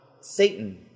Satan